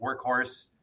workhorse